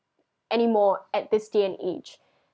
anymore at this day and age